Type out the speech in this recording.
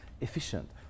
efficient